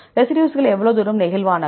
ரெசிடியூஸ்கள் எவ்வளவு தூரம் நெகிழ்வானவை